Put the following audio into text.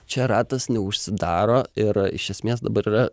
čia ratas neužsidaro ir iš esmės dabar yra